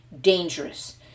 dangerous